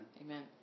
Amen